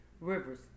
Rivers